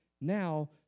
now